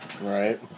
Right